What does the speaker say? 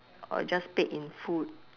or just paid in food